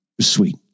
sweet